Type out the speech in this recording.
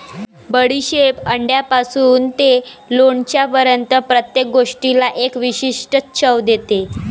बडीशेप अंड्यापासून ते लोणच्यापर्यंत प्रत्येक गोष्टीला एक विशिष्ट चव देते